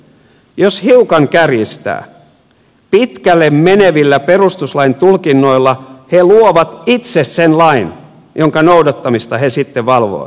jos hiukan kärjistää pitkälle menevillä perustuslain tulkinnoilla he luovat itse sen lain jonka noudattamista he sitten valvovat